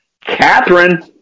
Catherine